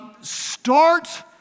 Start